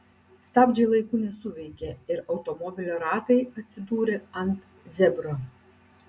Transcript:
stabdžiai laiku nesuveikė ir automobilio ratai atsidūrė ant zebro